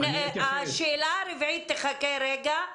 השאלה הרביעית תחכה רגע.